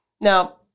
Now